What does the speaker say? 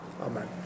amen